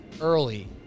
early